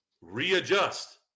readjust